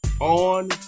on